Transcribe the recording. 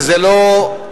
וזה לא,